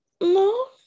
No